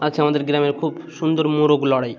আছে আমাদের গ্রামের খুব সুন্দর মোরগ লড়াই